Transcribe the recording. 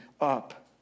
up